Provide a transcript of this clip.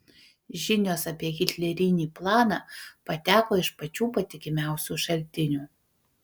žinios apie hitlerinį planą pateko iš pačių patikimiausių šaltinių